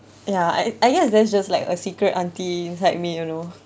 ya I I guess that's just like a secret auntie inside me you know